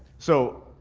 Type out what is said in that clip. so,